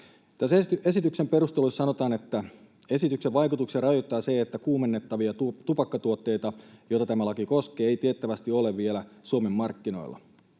Esityksen perusteluissa sanotaan, että esityksen vaikutuksia rajoittaa se, että kuumennettavia tupakkatuotteita, joita tämä laki koskee, ei tiettävästi ole vielä Suomen markkinoilla.